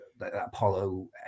Apollo